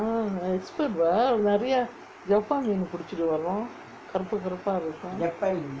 mm expert [what] நெறைய Japan மீனு புடுச்சிட்டு வருவான் கருப்பு கருப்பா இருக்கும்:neraiya japan meenu pudichittu varuvaan karuppu karuppa irukkum